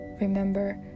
remember